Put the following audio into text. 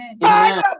Fire